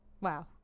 Wow